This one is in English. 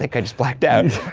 think i just blacked out.